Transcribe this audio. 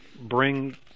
bring